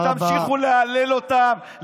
ותמשיכו להלל אותם,